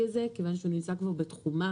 הזה כיוון שהוא נמצא כבר בתחומה.